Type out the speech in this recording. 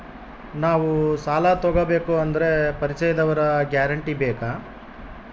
ನಾವು ಸಾಲ ತೋಗಬೇಕು ಅಂದರೆ ಪರಿಚಯದವರ ಗ್ಯಾರಂಟಿ ಬೇಕಾ?